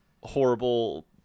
horrible